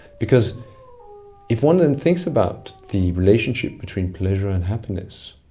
because if one then thinks about the relationship between pleasure and happiness,